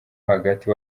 hagati